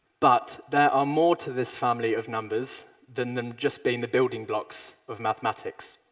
but there are more to this family of numbers than them just being the building blocks of mathematics.